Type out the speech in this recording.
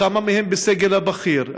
כמה מהם בסגל הבכיר?